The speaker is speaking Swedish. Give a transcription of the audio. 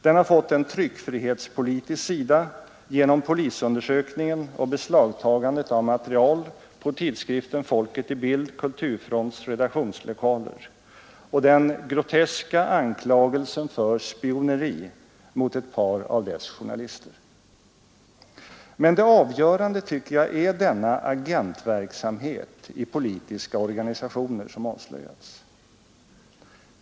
Den har fått en tryckfrihetspolitisk sida genom polisundersökningen och beslagtagandet av material på tidskriften Folket i Bild/Kulturfronts redaktionslokaler och den groteska anklagelsen för spioneri mot ett par av dess journalister. Men det avgörande tycker jag är denna agentverksamhet i politiska organisationer som avslöjats.